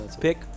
pick